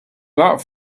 that